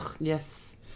Yes